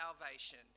salvation